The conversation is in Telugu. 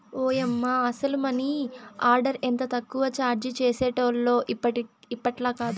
ఓయమ్మ, అసల మనీ ఆర్డర్ ఎంత తక్కువ చార్జీ చేసేటోల్లో ఇప్పట్లాకాదు